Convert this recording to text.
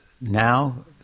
now